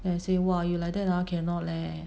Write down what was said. then I say !wah! you like that lah cannot leh